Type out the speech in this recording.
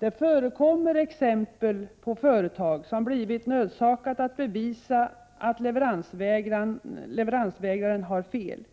Det förekommer exempel på företag som blivit nödsakade att bevisa att leveransvägraren har fel.